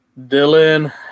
Dylan